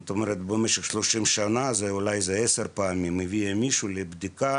במשך 30 שנה אולי 10 פעמים, מביאים מישהו לבדיקה